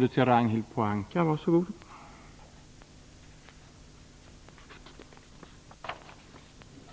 reservation.